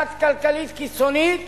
דת כלכלית קיצונית